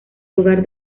hogar